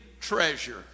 treasure